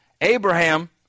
Abraham